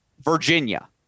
Virginia